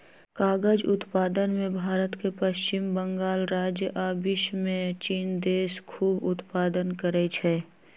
कागज़ उत्पादन में भारत के पश्चिम बंगाल राज्य आ विश्वमें चिन देश खूब उत्पादन करै छै